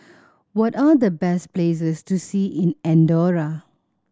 what are the best places to see in Andorra